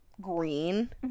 green